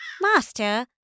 Master